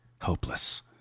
hopeless